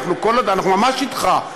אנחנו ממש אתך,